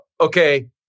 okay